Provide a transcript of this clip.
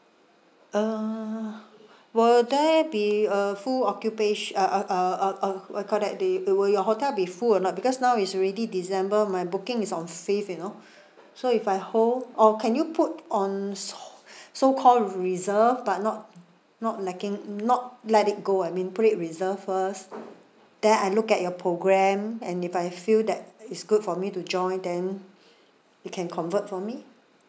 uh will there be a full occupation~ uh uh uh uh uh what do you call that the uh will your hotel be full or not because now is already december my booking is on fifth you know so if I hold or can you put on so so called reserve but not not lacking not let it go I mean put it reserve first then I look at your programme and if I feel that it's good for me to join then you can convert for me